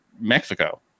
Mexico